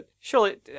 surely